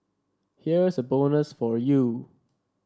here's a bonus for you